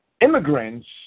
immigrants